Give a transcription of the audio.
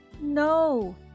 no